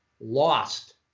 lost